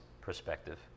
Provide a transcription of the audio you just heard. perspective